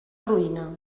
ruïna